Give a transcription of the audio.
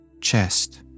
chest